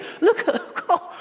Look